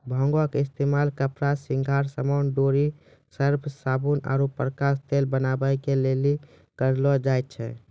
भांगो के इस्तेमाल कपड़ा, श्रृंगार समान, डोरी, सर्फ, साबुन आरु प्रकाश तेल बनाबै के लेली करलो जाय छै